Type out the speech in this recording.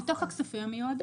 מתוך הכספים המיועדים.